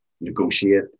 negotiate